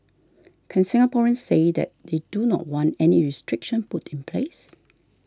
can Singaporeans say that they do not want any restriction put in place